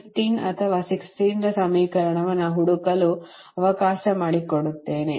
15 ಅಥವಾ 16 ಸಮೀಕರಣವನ್ನು ಹುಡುಕಲು ಅವಕಾಶ ಮಾಡಿಕೊಡುತ್ತೇನೆ